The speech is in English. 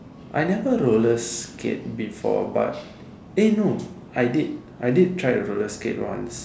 I never roller skate before but eh no I did I did try to roller skate once